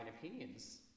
opinions